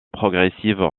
progressif